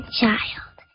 child